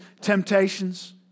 temptations